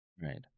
Right